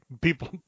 People